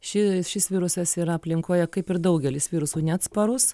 ši šis virusas yra aplinkoje kaip ir daugelis virusų neatsparus